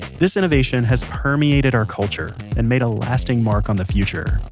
this innovation has permeated our culture and made a lasting mark on the future